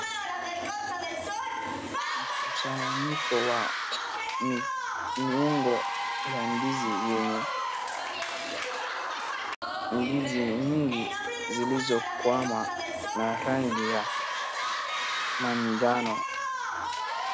Mkusanyiko wa miungo za ndizi nyingi zilizokuwa na rangi ya manjano.